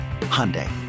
Hyundai